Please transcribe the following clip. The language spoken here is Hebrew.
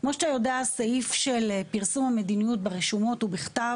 משרד המשפטים ומשטרת